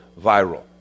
viral